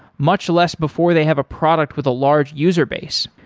much less before they have a product with a large user base.